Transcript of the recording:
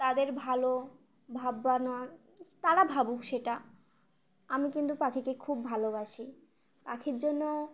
তাদের ভালো ভাবনাটা তারা ভাবুক সেটা আমি কিন্তু পাখিকে খুব ভালোবাসি পাখির জন্য